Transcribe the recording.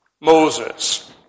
Moses